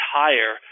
higher